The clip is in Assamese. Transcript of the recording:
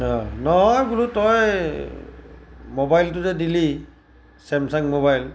অঁ নহয় বোলো তই মোবাইলটো যে দিলি চেমচাং মোবাইল